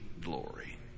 glory